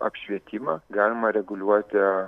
apšvietimą galima reguliuoti